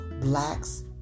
Blacks